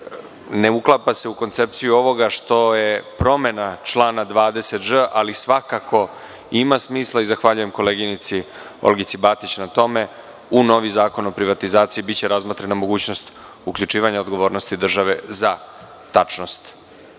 ne uklapa se u koncepciju ovoga što je promena člana 20ž, ali svakako ima smisla i zahvaljujem koleginici Olgici Batić na tome. U novi zakon o privatizaciji biće razmotrena mogućnost uključivanja odgovornosti države za tačnost